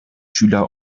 schüler